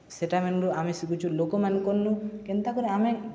ସେଟାମାନେରୁ ଆମେ ଶିଖୁଚୁଁ ଲୋକମାନ୍କର୍ନୁ କେନ୍ତା କରି ଆମେ